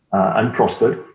and prospered.